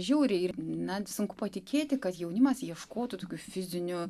žiauriai ir na sunku patikėti kad jaunimas ieškotų tokių fizinių